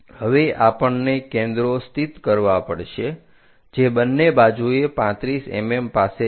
હવે આપણને કેન્દ્રો સ્થિત કરવા પડશે જે બંને બાજુએ 35 mm પાસે છે